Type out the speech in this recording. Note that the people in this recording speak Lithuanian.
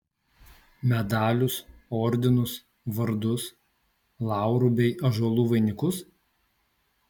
medalius ordinus vardus laurų bei ąžuolų vainikus